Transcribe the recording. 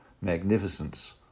magnificence